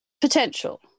potential